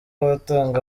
abatanga